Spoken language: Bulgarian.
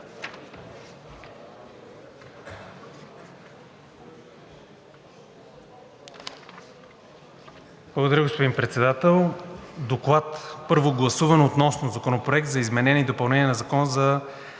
Благодаря, господин Председател. „ДОКЛАД за първо гласуване относно Законопроект за изменение и допълнение на Закона за